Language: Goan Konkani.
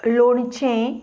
लोणचें